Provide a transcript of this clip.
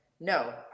no